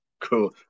Cool